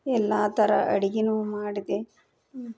ಎಲ್ಲ ಥರ ಅಡಿಗೆನೂ ಮಾಡಿದೆ ಹ್ಞೂ